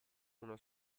uno